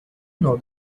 know